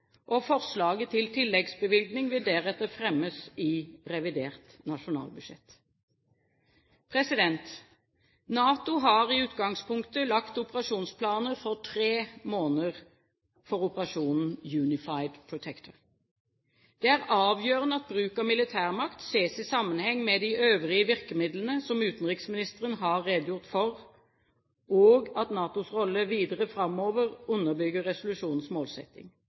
til tilleggsbevilgning vil deretter fremmes i revidert nasjonalbudsjett. NATO har i utgangspunktet lagt operasjonsplaner for tre måneder for operasjon Unified Protector. Det er avgjørende at bruk av militærmakt ses i sammenheng med de øvrige virkemidlene, som utenriksministeren har redegjort for, og at NATOs rolle videre framover underbygger resolusjonens målsetting.